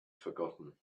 forgotten